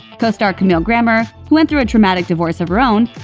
costar camille grammer, who went through a traumatic divorce of her own,